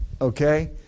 Okay